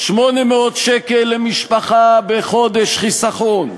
800 שקל למשפחה בחודש חיסכון.